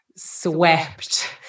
swept